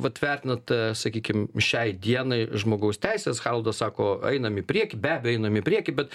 vat vertinat sakykim šiai dienai žmogaus teises haroldas sako einam į priekį be abejo einam į priekį bet